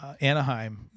Anaheim